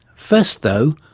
first though,